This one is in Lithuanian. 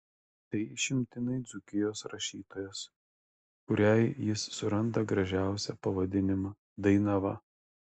tai išimtinai dzūkijos rašytojas kuriai jis suranda gražiausią pavadinimą dainava